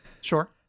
Sure